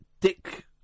Dick